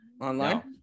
online